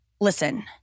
listen